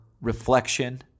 reflection